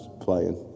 playing